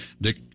Dick